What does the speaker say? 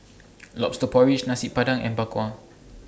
Lobster Porridge Nasi Padang and Bak Kwa